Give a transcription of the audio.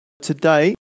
today